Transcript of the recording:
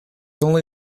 only